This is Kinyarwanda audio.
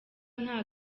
nta